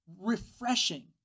refreshing